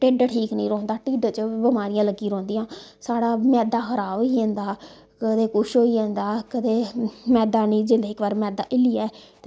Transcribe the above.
ढिड्ड ठीक नी रौंह्दा ढिड्ढा च बमारियां लग्गी रौंह्दियां साढ़ा मैदा खराब होई जंदा कदें कुछ होई जंदा कदें मैदा नी जिसले मैद्दा इक बारी हिल्ली जाए